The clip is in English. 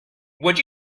would